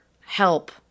help